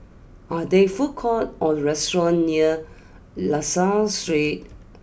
are there food courts or restaurants near La Salle Street